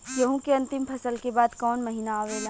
गेहूँ के अंतिम फसल के बाद कवन महीना आवेला?